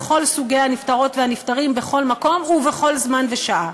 לכל סוגי הנפטרות והנפטרים בכל מקום ובכל זמן ושעה.